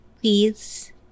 Please